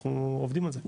אנחנו עובדים על זה.